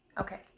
Okay